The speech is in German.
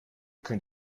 könnt